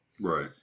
Right